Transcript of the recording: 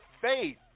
faith